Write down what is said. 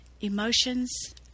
emotions